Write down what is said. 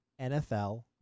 NFL